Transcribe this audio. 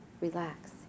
Relax